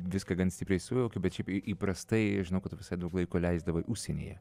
viską gan stipriai sujaukė bet šiaip į įprastai žinau kad tu visai daug laiko leisdavai užsienyje